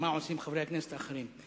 מה עושים חברי הכנסת האחרים.